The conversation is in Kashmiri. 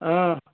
اۭں